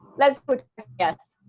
let's put yes,